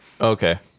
Okay